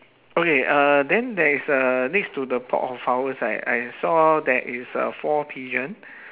okay uh then there is uh next to the pot of flowers right I saw there is uh four pigeon